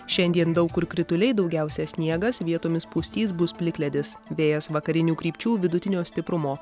šiandien daug kur krituliai daugiausia sniegas vietomis pustys bus plikledis vėjas vakarinių krypčių vidutinio stiprumo